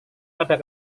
pada